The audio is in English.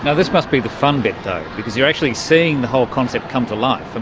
ah this must be the fun bit though, because you are actually seeing the whole concept come to life. and